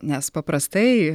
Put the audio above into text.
nes paprastai